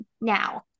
now